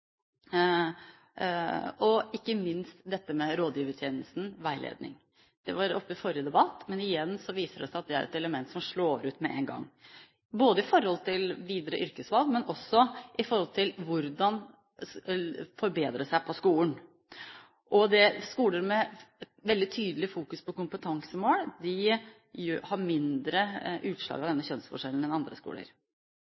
veiledning. Det var oppe i forrige debatt, men igjen viser det seg at det er et element som slår ut med én gang, både med hensyn til videre yrkesvalg og til hvordan man kan forbedre seg på skolen. Skoler med veldig tydelig fokus på kompetansemål har mindre utslag av